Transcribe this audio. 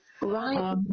Right